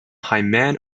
hyman